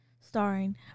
starring